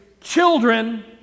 children